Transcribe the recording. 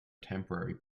temporary